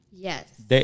Yes